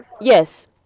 Yes